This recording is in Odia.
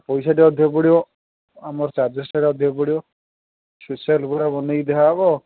ପଇସା ଟିକେ ଅଧିକା ପଡ଼ିବ ଆମ ଚାର୍ଜେସ୍ ଟିକେ ଅଧିକ ପଡ଼ିବ ଫେସିଆଲ୍ ପୁରା ବନେଇକି ଦିଆ ହେବ